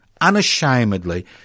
unashamedly